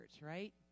right